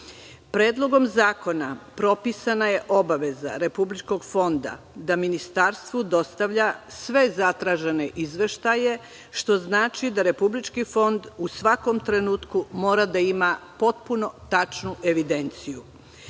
Predlogom zakona propisana je obaveza republičkog fonda da ministarstvu dostavlja sve zakazane izveštaje što znači da republički fond u svakom trenutku mora da ima potpuno tačnu